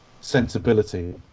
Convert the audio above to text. sensibility